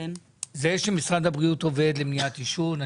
זה שמשרד הבריאות עובד למניעת עישון,